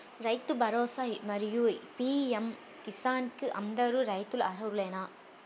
రైతు భరోసా, మరియు పీ.ఎం కిసాన్ కు అందరు రైతులు అర్హులా?